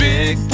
Big